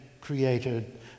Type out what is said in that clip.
created